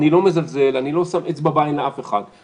ואני לא מזלזל ולא שם אצבע בעין של אף אחד.